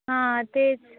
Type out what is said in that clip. हां तेच